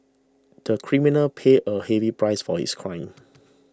the criminal paid a heavy price for his crime